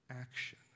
action